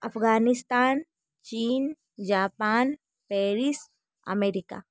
Afghanistan China Japan Paris America